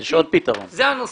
זה הנושא.